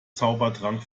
zaubertrank